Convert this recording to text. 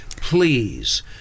please